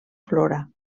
flora